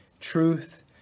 truth